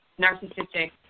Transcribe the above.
narcissistic